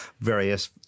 various